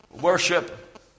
Worship